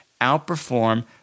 outperform